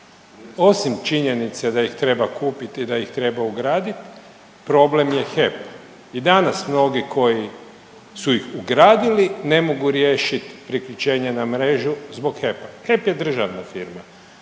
osim činjenice da ih treba kupiti, da ih treba ugraditi problem je HEP. I danas mnogi koji su ih ugradili ne mogu riješiti priključenje na mrežu zbog HEP-a. HEP je državna firma.